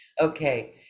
okay